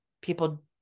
people